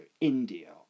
India